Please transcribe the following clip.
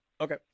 Okay